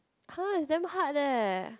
!huh! it's damn hard leh